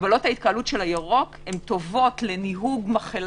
מגבלות ההתקהלות של הירוק הן טובות לניהוג מחלה